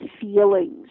feelings